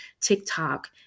TikTok